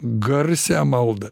garsią maldą